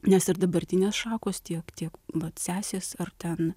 nes ir dabartinės šakos tiek tiek vat sesės ar ten